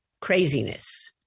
craziness